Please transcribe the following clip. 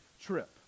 trip